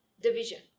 division